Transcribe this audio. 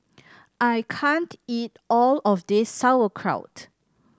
I can't eat all of this Sauerkraut